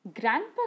Grandpa